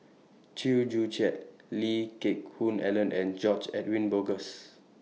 Chew Joo Chiat Lee Geck Hoon Ellen and George Edwin Bogaars